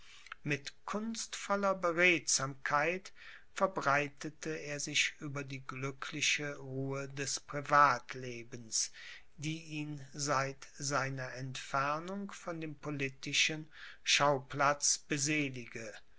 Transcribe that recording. mit kunstvoller beredsamkeit verbreitete er sich über die glückliche ruhe des privatlebens die ihn seit seiner entfernung von dem politischen schauplatz beselige